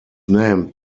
named